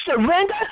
surrender